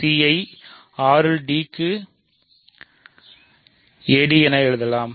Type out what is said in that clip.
c ஐ R இல் d க்கு அட் என எழுதலாம்